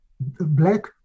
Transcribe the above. black